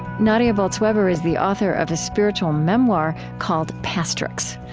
nadia bolz-weber is the author of a spiritual memoir called pastrix.